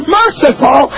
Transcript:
merciful